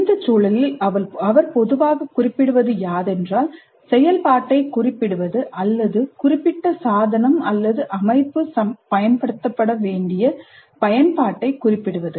இந்த சூழலில் அவர் பொதுவாகக் குறிப்பிடுவது யாதென்றால் செயல்பாட்டைக் குறிப்பிடுவது அல்லது குறிப்பிட்ட சாதனம் அல்லது அமைப்பு பயன்படுத்தப்பட வேண்டிய பயன்பாட்டைக் குறிப்பிடுவது